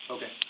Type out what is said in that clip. Okay